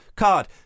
card